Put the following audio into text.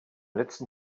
letzten